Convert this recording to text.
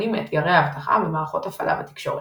מאתגרי האבטחה במערכות הפעלה ותקשורת.